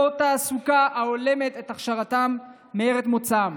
תעסוקה ההולמת את הכשרתם מארץ מוצאם.